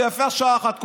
ויפה שעה אחת קודם.